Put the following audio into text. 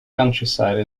countryside